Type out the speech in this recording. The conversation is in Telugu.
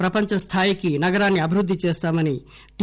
ప్రపంచ స్టాయికి నగరాన్సి అభివృద్ది చేస్తామని టి